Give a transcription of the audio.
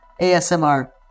ASMR